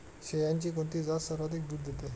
शेळ्यांची कोणती जात सर्वाधिक दूध देते?